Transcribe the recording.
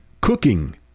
cooking